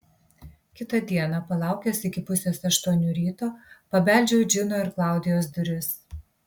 kitą dieną palaukęs iki pusės aštuonių ryto pabeldžiau į džino ir klaudijos duris